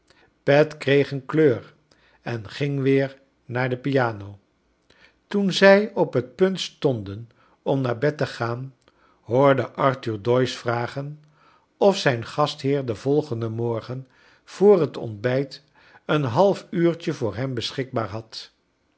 pet kreeg een kleur en ging weer naar de piano toen zij op net punt stonden om naar bed te gaan hoorde arthur doyce vragen of zijn gastheer den volgenden morgen voor het ontbijt een half uurtje voor hem beschikbaar had